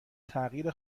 تغییر